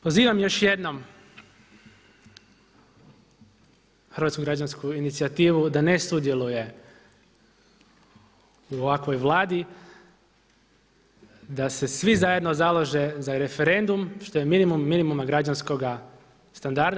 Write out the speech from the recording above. Pozivam još jednom Hrvatsku građansku inicijativu da ne sudjeluje u ovakvoj Vladi, da se svi zajedno založe za referendum, što je minimum minimuma građanskog standarda.